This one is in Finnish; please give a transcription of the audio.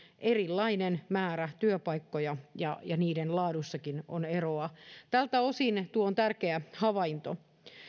erilainen määrä työpaikkoja ja ja niiden laadussakin on eroa tältä osin tuo on tärkeä havainto